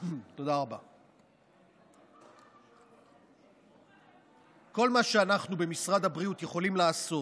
יכולים לעשות